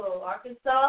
Arkansas